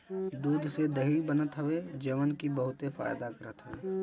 दूध से दही बनत हवे जवन की बहुते फायदा करत हवे